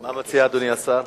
מה מציע אדוני השר?